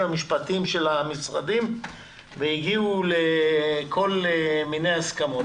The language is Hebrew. המשפטיים של המשרדים והגיעו לכל מיני הסכמות.